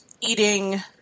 eating